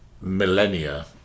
millennia